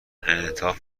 انعطاف